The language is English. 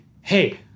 hey